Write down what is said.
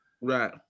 Right